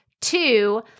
Two